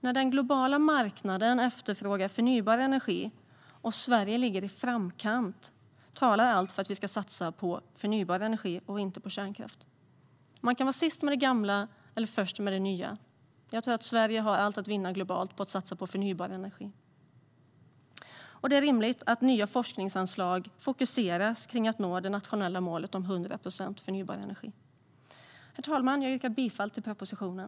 När den globala marknaden efterfrågar förnybar energi och Sverige ligger i framkant talar allt för att vi ska satsa på förnybar energi och inte på kärnkraft. Man kan vara sist med det gamla eller först med det nya. Jag tror att Sverige har allt att vinna globalt på att satsa på förnybar energi. Det är rimligt att nya forskningsanslag fokuseras på att nå det nationella målet om hundra procent förnybar energi. Herr talman! Jag yrkar bifall till propositionen.